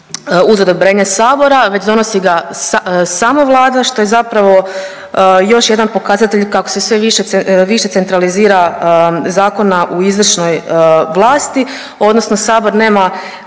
uz odobrenje Sabora već donosi ga samo Vlada što je zapravo još jedan pokazatelj kako se sve više centralizira zakona u izvršnoj vlasti odnosno Sabor nema